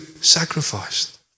sacrificed